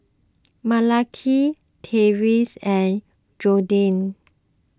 Malaki Tyrik and Jordyn